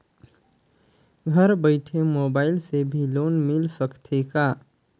घर बइठे मोबाईल से भी लोन मिल सकथे का?